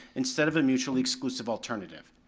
instead of a mutually exclusive alternative.